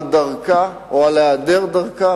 על דרכה או על היעדר דרכה,